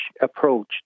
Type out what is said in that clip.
approach